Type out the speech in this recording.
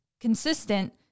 consistent